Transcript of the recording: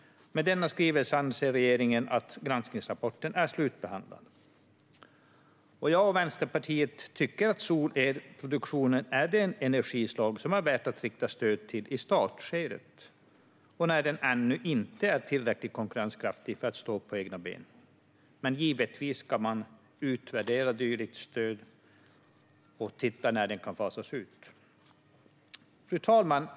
Med denna skrivelse anser regeringen att granskningsrapporten är slutbehandlad. Jag och Vänsterpartiet tycker att solelproduktion är ett energislag som är värt att rikta stöd till i startskedet, när det ännu inte är tillräckligt konkurrenskraftigt för att stå på egna ben. Men givetvis ska man utvärdera dylikt stöd och titta på när det kan fasas ut. Fru talman!